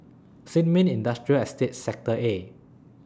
Sin Ming Industrial Estate Sector A